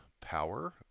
power